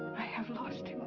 have lost